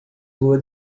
lua